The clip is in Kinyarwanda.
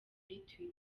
twitter